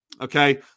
Okay